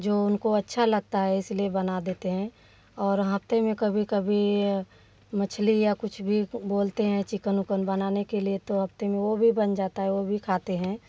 जो उनको अच्छा लगता है इसलिए बना देते हैं और हफ़्ते में कभी कभी मछली या कुछ भी बोलते हैं चिकन उकन बनाने के लिए तो हफ़्ते में वह भी बन जाता है वह भी खाते हैं